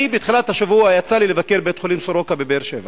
בתחילת השבוע יצא לי להיות בבית-חולים "סורוקה" בבאר-שבע